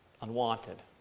unwanted